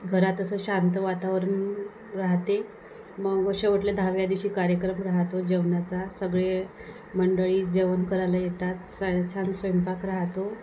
घरात असं शांत वातावरण राहाते मग शेवटल्या दहाव्या दिवशी कार्यक्रम राहातो जेवणाचा सगळे मंडळी जेवण करायला येतात छा छान स्वयंपाक रहातो